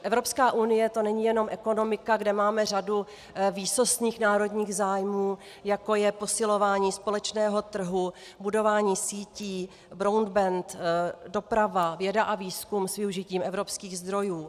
Evropská unie, to není jenom ekonomika, kde máme řadu výsostných národních zájmů, jako je posilování společného trhu, budování sítí, broadband, doprava, věda a výzkum s využitím evropských zdrojů.